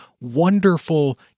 wonderful